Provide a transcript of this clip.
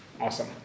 Awesome